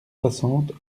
soixante